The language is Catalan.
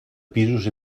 pisos